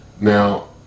Now